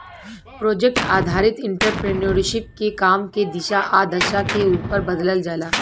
project आधारित entrepreneurship के काम के दिशा आ दशा के उपर बदलल जाला